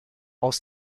aus